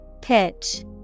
Pitch